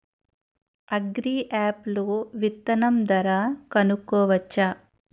Agri app లో విత్తనం ధర కనుకోవచ్చా?